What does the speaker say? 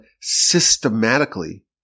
systematically